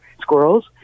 squirrels